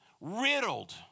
riddled